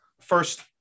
first